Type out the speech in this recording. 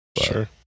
Sure